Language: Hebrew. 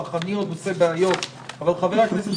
היא עוד צריכה לוודא את